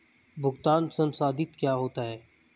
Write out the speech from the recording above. भुगतान संसाधित क्या होता है?